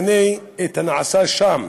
אני קורא ומגנה את הנעשה שם.